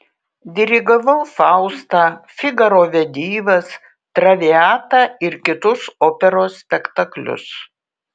dirigavau faustą figaro vedybas traviatą ir kitus operos spektaklius